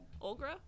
Olga